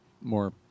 more